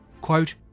Quote